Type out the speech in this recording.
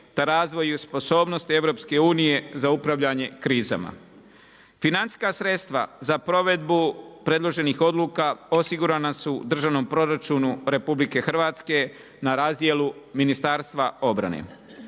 te razvoju i sposobnost EU, za upravljanje krizama. Financijska sredstva za provedbu predloženih odluka osigurana su u državnom proračunu RH, na razdjelu Ministarstva obale.